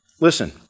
Listen